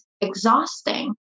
exhausting